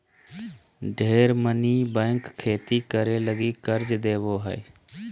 ढेर मनी बैंक खेती करे लगी कर्ज देवो हय